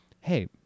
hey